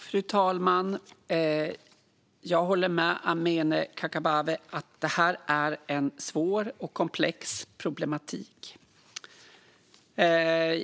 Fru talman! Jag håller med Amineh Kakabaveh om att det här är en svår och komplex problematik.